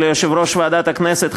וליושב-ראש ועדת הכנסת,